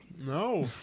No